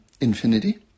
infinity